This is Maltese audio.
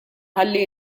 ħalli